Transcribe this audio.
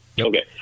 Okay